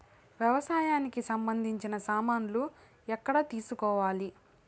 వ్యవసాయానికి సంబంధించిన సామాన్లు ఎక్కడ తీసుకోవాలి?